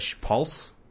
Pulse